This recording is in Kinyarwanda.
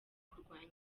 kurwanya